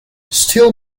still